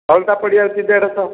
ତଳଟା ପଡ଼ିଯାଉଛି ଦେଢ଼ଶହ